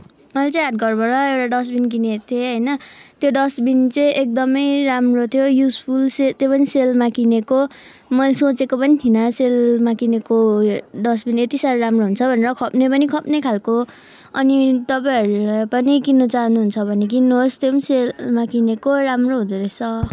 मैले चाहिँ हाटघरबाट एउटा डस्टबिन किनेको थिएँ होइन त्यो डस्टबिन चाहिँ एकदमै राम्रो थियो युजफुल से त्यो पनि सेलमा किनेको मैले सोचेको पनि थिइनँ सेलमा किनेको उयो डस्टबिन यति साह्रो राम्रो हुन्छ भनेर खप्ने पनि खप्ने खालको अनि तपाईँहरू पनि किन्न चाहनुहुन्छ भने किन्नुहोस् त्यही पनि सेलमा किनेको राम्रो हुँदोरहेछ